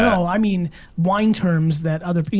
i mean wine terms that other,